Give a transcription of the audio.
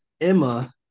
Emma